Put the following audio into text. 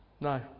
No